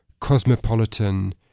cosmopolitan